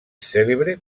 cèlebre